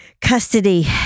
Custody